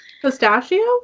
Pistachio